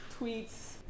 tweets